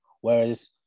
Whereas